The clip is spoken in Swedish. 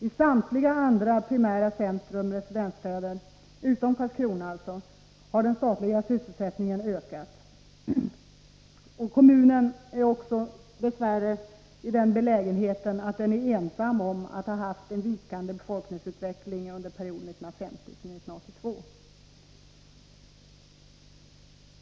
I samtliga andra primära centra och residensstäder har den statliga sysselsättningen ökat. Kommunen är också ensam om att ha haft en vikande befolkningsutveckling under perioden 1950-1982.